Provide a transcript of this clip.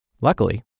Luckily